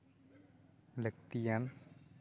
ᱞᱟᱹᱠᱛᱤᱭᱟᱱ